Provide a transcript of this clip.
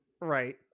Right